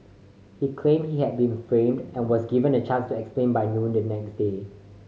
he claimed he had been framed and was given a chance to explain by noon the next day